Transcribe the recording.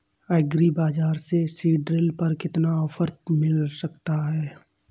Agree बाजार से seed drill पर कितना ऑफर मिल सकता है?